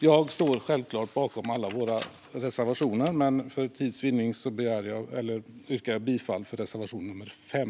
Jag står självklart bakom alla våra reservationer, men för tids vinnande yrkar jag bifall till endast reservation nummer 5.